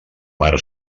mare